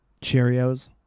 Cheerios